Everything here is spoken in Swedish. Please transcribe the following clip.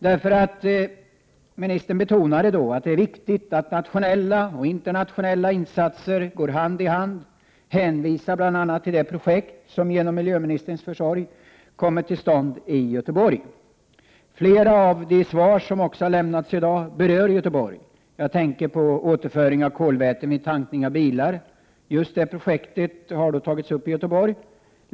Miljöministern betonade då att det är viktigt att nationella och internationella insatser går hand i hand och hänvisade bl.a. till det projekt som genom hennes försorg kommit till stånd i Göteborg. Flera av de svar som också har lämnats i dag berör Göteborg. Jag tänker på återföring av kolväten vid tankning av bilar; just det projektet har tagits upp i Göteborg.